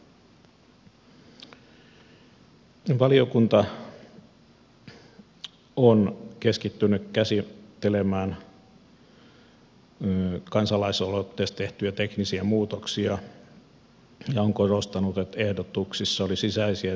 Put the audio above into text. valiokunta on keskittynyt käsittelemään kansalaisaloitteessa tehtyjä teknisiä muutoksia ja on korostanut että ehdotuksissa oli sisäisiä ristiriitoja